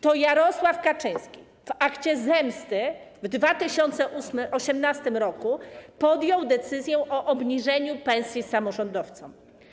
To Jarosław Kaczyński w akcie zemsty w 2018 r. podjął decyzję o obniżeniu pensji samorządowcom.